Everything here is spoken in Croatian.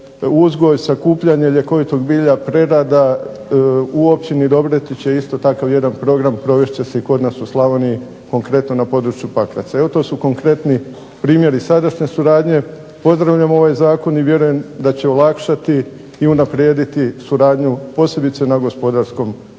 uzgoj, sakupljanje ljekovitog bilja, prerada u općini Dobretić je isto takav program, provest će se i kod nas u Slavoniji konkretno na području Pakraca. Evo to su konkretni primjeri sadašnje suradnje. Pozdravljamo ovaj Zakon i vjerujem da će olakšati i unaprijediti suradnju posebice na gospodarskom planu.